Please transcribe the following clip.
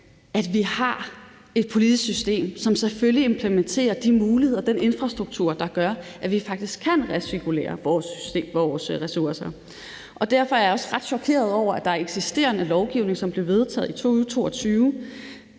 at vi har et politisk system, som selvfølgelig implementerer de muligheder og den infrastruktur, der gør, at vi faktisk kan recirkulere vores ressourcer. Derfor er jeg også ret chokeret over, at der er eksisterende lovgivning, som blev vedtaget i 2022